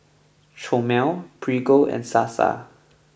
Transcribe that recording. Chomel Prego and Sasa